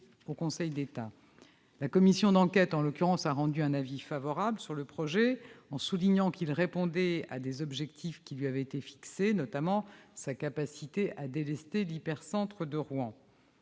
au Conseil d'État. La commission d'enquête a rendu un avis favorable sur le projet, en soulignant qu'il répondait à des objectifs qui lui avaient été fixés, notamment par sa capacité à délester l'hypercentre de Rouen.